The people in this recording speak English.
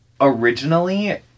originally